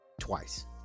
twice